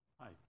Hi